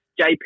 JP